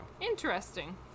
Interesting